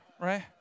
Right